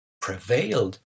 prevailed